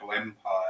empire